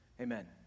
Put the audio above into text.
amen